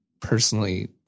personally